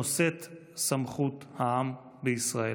נושאת סמכות העם בישראל.